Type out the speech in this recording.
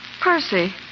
Percy